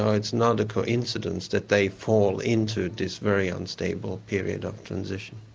ah it's not a coincidence that they fall into this very unstable period of transition.